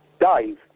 Dave